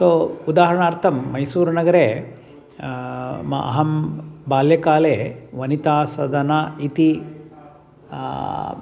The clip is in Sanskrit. सो उदाहरणार्थं मैसूरुनगरे म अहं बाल्यकाले वनितासदना इति